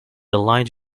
aligned